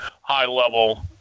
high-level